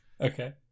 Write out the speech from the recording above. Okay